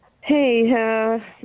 Hey